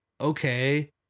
okay